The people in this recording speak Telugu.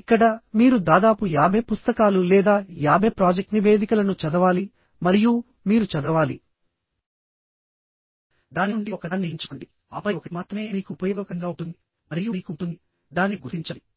ఇక్కడ మీరు దాదాపు 50 పుస్తకాలు లేదా 50 ప్రాజెక్ట్ నివేదికలను చదవాలి మరియు మీరు చదవాలి దాని నుండి ఒకదాన్ని ఎంచుకోండి ఆపై ఒకటి మాత్రమే మీకు ఉపయోగకరంగా ఉంటుంది మరియు మీకు ఉంటుంది దానిని గుర్తించాలి